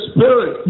Spirit